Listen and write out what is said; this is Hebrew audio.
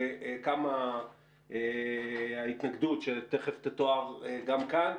וקמה ההתנגדות שתיכף תתואר גם כאן,